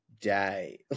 day